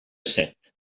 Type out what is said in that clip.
set